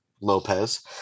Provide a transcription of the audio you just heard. Lopez